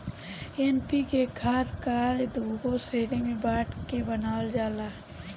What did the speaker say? NPK खाद कअ दूगो श्रेणी में बाँट के बनावल जाला